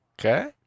Okay